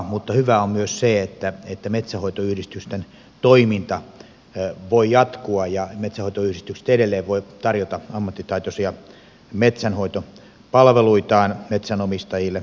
mutta hyvää on myös se että metsänhoitoyhdistysten toiminta voi jatkua ja metsänhoitoyhdistykset edelleen voivat tarjota ammattitaitoisia metsänhoitopalveluitaan metsänomistajille